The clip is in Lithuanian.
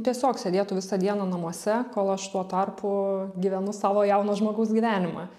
tiesiog sėdėtų visą dieną namuose kol aš tuo tarpu gyvenu savo jauno žmogaus gyvenimą